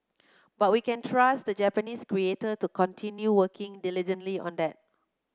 but we can trust the Japanese creator to continue working diligently on that